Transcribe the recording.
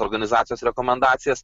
organizacijos rekomendacijas